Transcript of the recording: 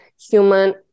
human